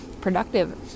productive